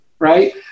Right